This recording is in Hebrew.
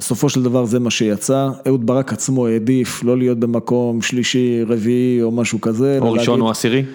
בסופו של דבר זה מה שיצא, אהוד ברק עצמו העדיף לא להיות במקום שלישי, רביעי או משהו כזה. או ראשון או עשירי.